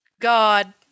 god